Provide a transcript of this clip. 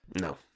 no